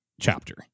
chapter